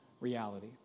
reality